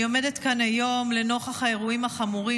אני עומדת כאן היום לנוכח האירועים החמורים